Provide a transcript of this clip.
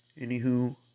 anywho